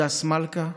הדס מלכא,